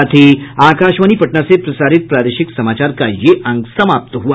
इसके साथ ही आकाशवाणी पटना से प्रसारित प्रादेशिक समाचार का ये अंक समाप्त हुआ